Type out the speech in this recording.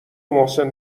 محسن